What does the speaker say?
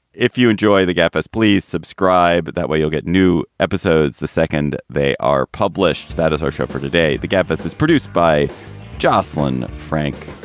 if you enjoy the gap as please subscribe. that way, you'll get new episodes the second they are published that is our show for today. the gabfest is produced by jocelin frank,